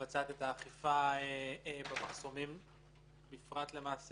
שמבצעת את האכיפה במחסומים -- פיצו"ח.